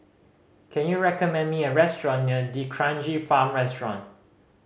can you recommend me a restaurant near D'Kranji Farm restaurant